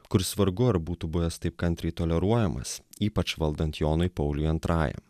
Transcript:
kuris vargu ar būtų buvęs taip kantriai toleruojamas ypač valdant jonui pauliui antrajam